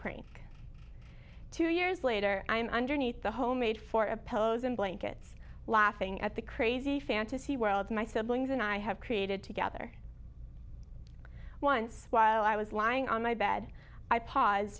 praying two years later i'm under neat the homemade four of pillows and blankets laughing at the crazy fantasy world my siblings and i have created together once while i was lying on my bed i p